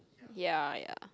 ya